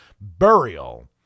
Burial